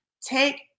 take